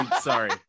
Sorry